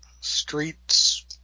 streets